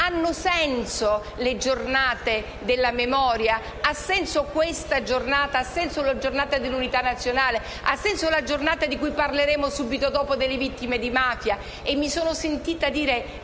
hanno senso le giornate della memoria? Ha senso questa Giornata? Ha senso la Giornata dell'Unità nazionale? Ha senso la Giornata, di cui parleremo subito dopo, in ricordo delle vittime di mafia? E mi sono sentita dire